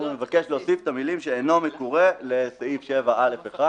אנחנו נבקש להוסיף את המילים "שאינו מקורה" לסעיף 7(א1).